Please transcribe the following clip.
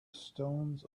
stones